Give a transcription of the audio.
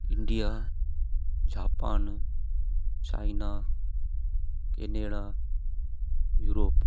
India Japan China Canada Europe